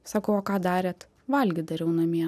sakau o ką darėt valgyt dariau namie